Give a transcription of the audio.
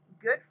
Good